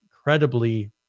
incredibly